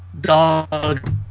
dog